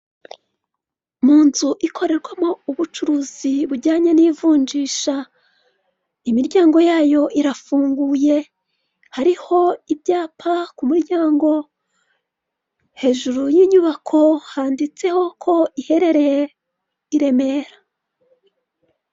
Mu nzu ikorerwamo ubucuruzi bujyanye n'ivunjisha, imiryango yayo irafunguye, hariho ibyapa ku muryango, hejuru y'inyubako handitseho ko iherereye i Remera.